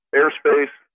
airspace